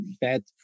Bad